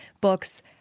books